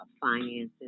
finances